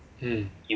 mm